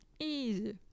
easy